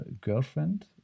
girlfriend